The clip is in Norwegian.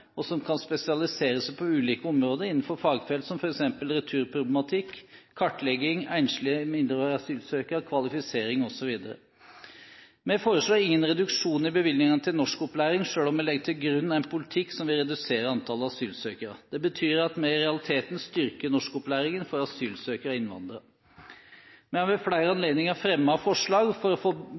som kan spesialisere seg på ulike områder innenfor fagfeltet, som f.eks. returproblematikk, kartlegging, enslige mindreårige asylsøkere, kvalifisering osv. Vi foreslår ingen reduksjon i bevilgningen til norskopplæring selv om vi legger til grunn en politikk som vil redusere antall asylsøkere. Det betyr at vi i realiteten styrker norskopplæringen for asylsøkere og innvandrere. Vi har ved flere anledninger fremmet forslag for å få